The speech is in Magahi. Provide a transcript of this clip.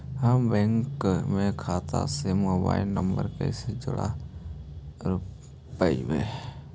हम बैंक में खाता से मोबाईल नंबर कैसे जोड़ रोपबै?